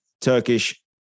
Turkish